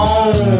on